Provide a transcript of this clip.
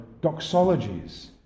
doxologies